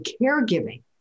caregiving